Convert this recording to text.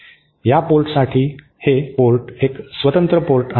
या पोर्टसाठी हे पोर्ट एक स्वतंत्र पोर्ट आहे